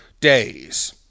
days